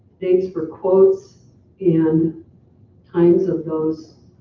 dates for quotes and times of those